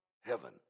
heaven